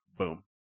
Boom